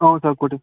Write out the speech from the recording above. ಹೌದ್ ಸರ್ ಕೊಟ್ಟಿ